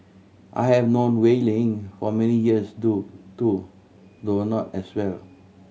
I have known Wei Ling for many years too too though not as well